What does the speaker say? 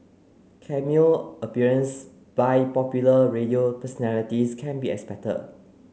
cameo appearance by popular radio personalities can be expected